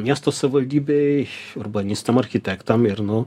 miesto savaldybei urbanistam architektam ir nu